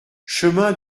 chemin